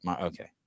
okay